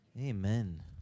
Amen